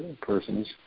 persons